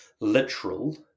literal